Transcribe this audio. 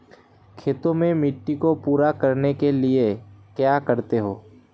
खेत में मिट्टी को पूरा करने के लिए क्या करते हैं?